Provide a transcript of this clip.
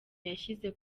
yashyize